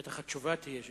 בטח התשובה תהיה דקה.